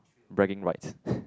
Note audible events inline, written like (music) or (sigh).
bragging rights (breath)